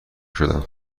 شدم